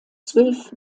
zwölf